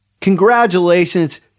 Congratulations